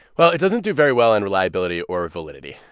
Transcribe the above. well, it doesn't do very well in reliability or validity.